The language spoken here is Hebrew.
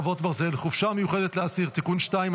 חרבות ברזל) (חופשה מיוחדת לאסיר) (תיקון מס' 2),